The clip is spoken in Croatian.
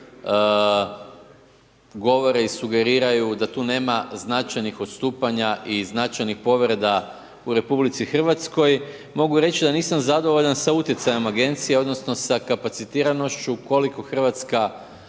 govore i sugeriraju da tu nema značajnih odstupanja i značajnih povreda u RH mogu reći da nisam zadovoljan sa utjecajem agencije odnosno sa kapacitiranošću koliko Hrvatska